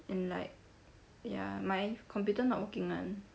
and like ya my computer not working [one]